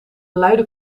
luide